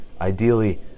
Ideally